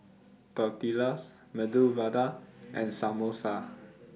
Tortillas Medu Vada and Samosa